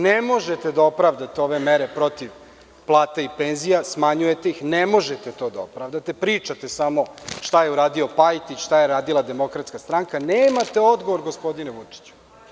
Ne možete da opravdate ove mere protiv plata i penzija, smanjujete ih, ne možete to da opravdate, pričate samo šta je uradio Pajtić, šta je uradila DS, nemate odgovor, gospodine Vučiću.